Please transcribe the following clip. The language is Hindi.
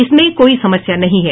इसमें कोई समस्या नहीं है